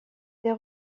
ses